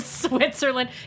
Switzerland